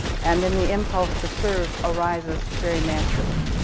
and then the impulse to serve arises very naturally.